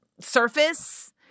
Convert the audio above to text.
surface